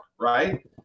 right